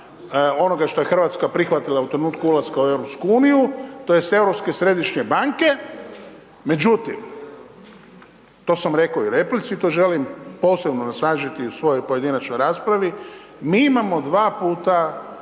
onoga što je RH prihvatila u trenutku ulaska u EU tj. Europske središnje banke. Međutim, to sam rekao i u replici, to želim posebno sažeti u svojoj pojedinačnoj raspravi, mi imamo dva puta